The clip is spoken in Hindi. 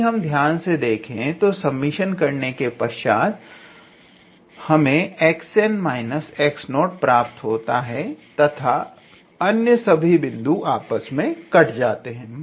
यदि हम ध्यान से देखें तो समेशन करने के पश्चात हमें 𝑥𝑛 − 𝑥0 प्राप्त होता है तथा अन्य सभी बिंदु आपस में कट जाते हैं